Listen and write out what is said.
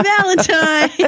valentine